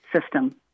system